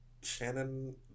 Shannon